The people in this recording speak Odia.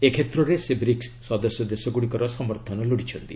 ଏ କ୍ଷେତ୍ରରେ ସେ ବ୍ରିକ୍ ସଦସ୍ୟ ଦେଶଗୁଡ଼ିକର ସମର୍ଥନ ଲୋଡ଼ିଛନ୍ତି